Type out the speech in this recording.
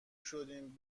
شدیم